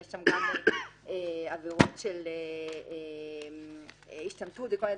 או שיש שם גם עבירות של השתמטות וכל מיני